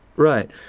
right.